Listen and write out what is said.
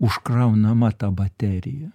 užkraunama ta baterija